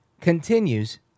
continues